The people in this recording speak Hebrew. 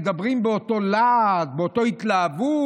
מדברים באותו להט, באותה התלהבות